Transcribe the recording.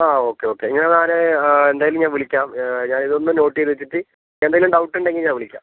ആ okay okay ഞാനെന്നാൽ എന്തായാലും ഞാൻ വിളിക്കാം ഞാനിതൊന്നു നോട്ട് ചെയ്തുവെച്ചിട്ട് എന്തെങ്കിലും ഡൗട്ട് ഉണ്ടെങ്കിൽ ഞാൻ വിളിക്കാം